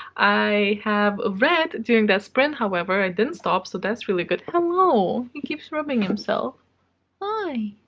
i have read during that sprint, however. i didn't stop so that's really good. hello. he keeps rubbing himself hi.